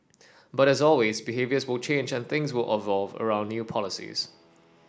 but as always behaviours will change and things will around new policies